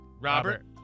Robert